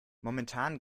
momentan